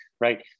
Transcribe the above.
right